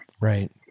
Right